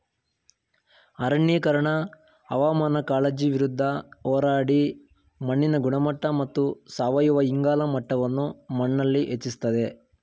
ಅರಣ್ಯೀಕರಣ ಹವಾಮಾನ ಕಾಳಜಿ ವಿರುದ್ಧ ಹೋರಾಡಿ ಮಣ್ಣಿನ ಗುಣಮಟ್ಟ ಮತ್ತು ಸಾವಯವ ಇಂಗಾಲ ಮಟ್ಟವನ್ನು ಮಣ್ಣಲ್ಲಿ ಹೆಚ್ಚಿಸ್ತದೆ